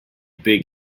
big